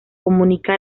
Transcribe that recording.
comunica